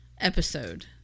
episode